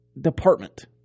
department